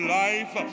life